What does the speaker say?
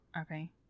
Okay